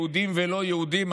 יהודים ולא-יהודים,